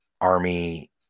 Army